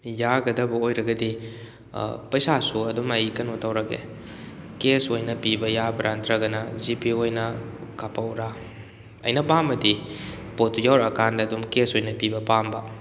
ꯌꯥꯒꯗꯕ ꯑꯣꯏꯔꯒꯗꯤ ꯄꯩꯁꯥꯁꯨ ꯑꯗꯨꯝ ꯑꯩ ꯀꯩꯅꯣ ꯇꯧꯔꯒꯦ ꯀꯦꯁ ꯑꯣꯏꯅ ꯄꯤꯕ ꯌꯥꯕ꯭ꯔ ꯅꯠꯇ꯭ꯔꯒꯅ ꯖꯤ ꯄꯦ ꯑꯣꯏꯅ ꯀꯥꯞꯄꯛꯎꯔ ꯑꯩꯅ ꯄꯥꯝꯕꯗꯤ ꯄꯣꯠꯇꯨ ꯌꯧꯔꯛꯑꯀꯥꯟꯗ ꯑꯗꯨꯝ ꯀꯦꯁ ꯑꯣꯏꯅ ꯄꯤꯕ ꯄꯥꯝꯕ